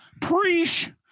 Preach